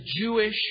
Jewish